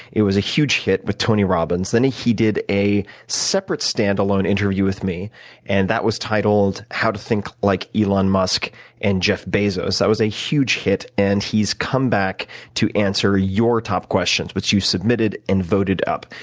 it was a huge hit with tony robbins and he he did a separate standalone interview with me and that was titled, how to think like elon musk and jeff bezos. that was a huge hit and he has come back to answer your tough questions, which you submitted and voted up.